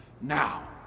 Now